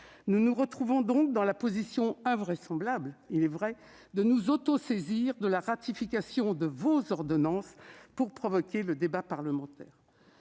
Nous nous retrouvons donc dans une position invraisemblable : nous devons nous autosaisir de la ratification de vos ordonnances pour provoquer le débat parlementaire.